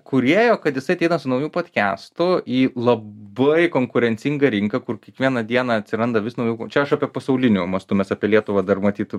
kūrėjo kad jisai ateina su nauju podkestu į labai konkurencingą rinką kur kiekvieną dieną atsiranda vis naujų čia aš apie pasauliniu mastu mes apie lietuvą dar matyt